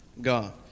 God